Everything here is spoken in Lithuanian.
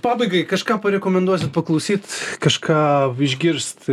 pabaigai kažką parekomenduosit paklausyt kažką išgirst